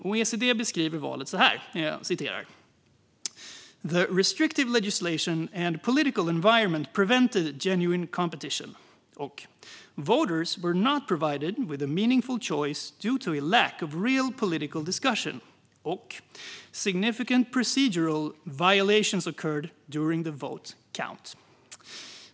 OSSE beskriver valet så här: "the restrictive legislation and political environment prevented genuine competition" och "voters were not provided with a meaningful choice due to a lack of real political discussion" och "significant procedural violations occurred during the vote count".